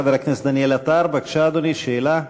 חבר הכנסת דניאל עטר, בבקשה, אדוני, שאלה.